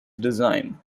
design